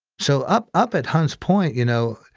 so up up at hunt's point, you know,